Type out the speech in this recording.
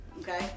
Okay